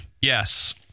yes